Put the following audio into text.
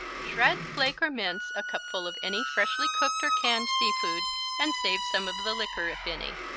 shred, flake or mince a cupful of any freshly cooked or canned sea food and save some of the liquor, if any.